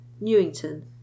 Newington